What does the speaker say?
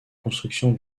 construction